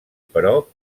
però